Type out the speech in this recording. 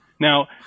Now